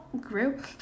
grew